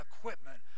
equipment